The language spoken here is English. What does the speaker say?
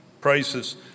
prices